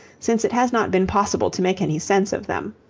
since it has not been possible to make any sense of them.